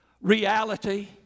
reality